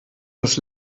das